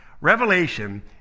Revelation